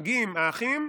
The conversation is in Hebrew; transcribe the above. מגיעים האחים,